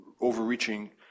overreaching